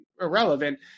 irrelevant